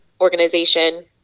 organization